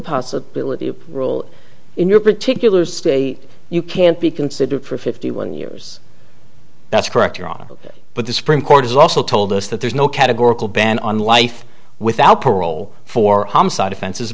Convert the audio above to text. possibility of rule in your particular state you can't be considered for fifty one years that's correct your honor but the supreme court has also told us that there's no categorical ban on life without parole for homicide offenses